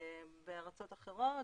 בארצות אחרות,